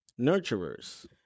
nurturers